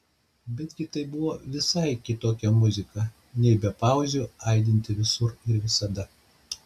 betgi tai buvo visai kitokia muzika nei be pauzių aidinti visur ir visada